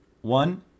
one